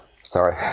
Sorry